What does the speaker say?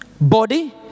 Body